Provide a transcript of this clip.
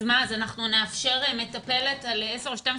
אז נאפשר מטפלת על 10 או 12 ילדים?